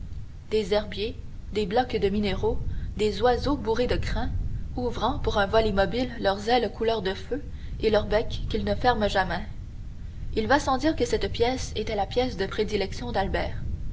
des herbiers des blocs de minéraux des oiseaux bourrés de crin ouvrant pour un vol immobile leurs ailes couleur de feu et leur bec qu'ils ne ferment jamais il va sans dire que cette pièce était la pièce de prédilection d'albert